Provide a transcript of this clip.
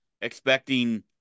expecting